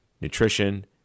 nutrition